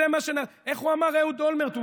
איך אמר אהוד אולמרט?